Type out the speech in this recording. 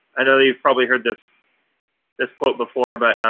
i know you've probably heard this this quote before, but